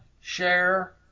share